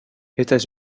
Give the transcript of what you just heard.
états